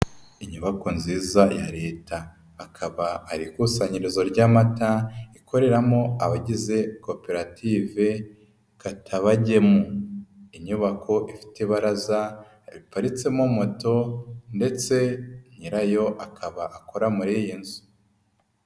Inyubako nziza ya Leta akaba ari ikusanyirizo ry'amata ikoreramo abagize koperative Katabagemu, inyubako ifite ibaraza riparitsemo moto ndetse nyirayo akaba akora muri iyi nzu.